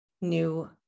new